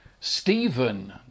Stephen